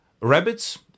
rabbits